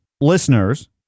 listeners